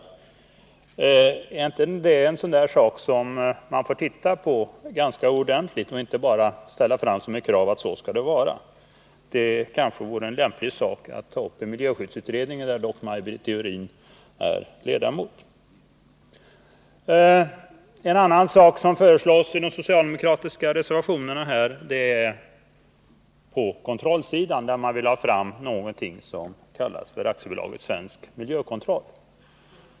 Är inte detta en sak som man får se på ganska ordentligt och inte bara säga att så skall det vara? Det vore kanske lämpligt att ta upp detta i miljöskyddsutredningen, där ju Maj Britt Theorin är ledamot. En annan sak som föreslås i den socialdemokratiska reservationen gäller kontrollsidan, där man vill ha fram någonting som kallas för AB Svensk Miljökontroll.